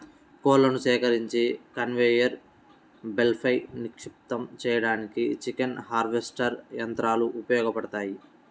కోళ్లను సేకరించి కన్వేయర్ బెల్ట్పై నిక్షిప్తం చేయడానికి చికెన్ హార్వెస్టర్ యంత్రాలు ఉపయోగపడతాయి